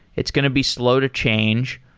it's going to be slow to change,